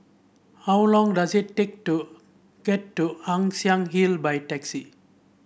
how long does it take to get to Ann Siang Hill by taxi